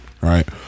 right